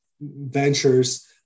ventures